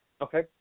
Okay